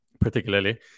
particularly